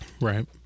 Right